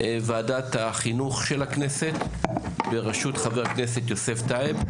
ועדת החינוך של הכנסת בראשות חבר הכנסת יוסף טייב,